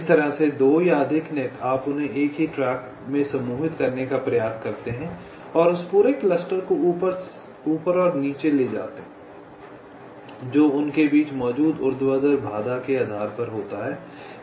इस तरह से 2 या अधिक नेट आप उन्हें एक ही ट्रैक में समूहित करने का प्रयास करते हैं और उस पूरे क्लस्टर को ऊपर और नीचे ले जाते हैं जो उनके बीच मौजूद ऊर्ध्वाधर बाधा के आधार पर होता है